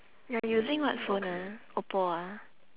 you're using what phone ah oppo ah